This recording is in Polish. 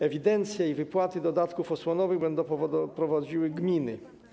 Ewidencje i wypłaty dodatków osłonowych będą prowadziły gminy.